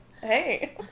hey